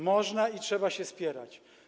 Można i trzeba się spierać.